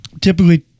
Typically